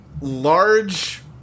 large